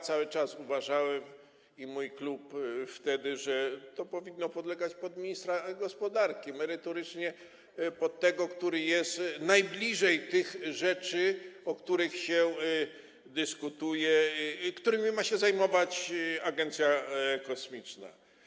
Cały czas uważałem, i mój klub też, że to powinno podlegać ministrowi gospodarki, merytorycznie temu, który jest najbliżej tych rzeczy, o których się dyskutuje, którymi ma się zajmować agencja kosmiczna.